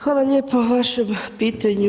Hvala lijepo na vašem pitanju.